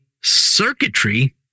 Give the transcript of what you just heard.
circuitry